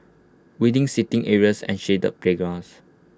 windy seating areas and shaded playgrounds